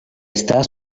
estas